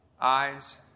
eyes